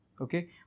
Okay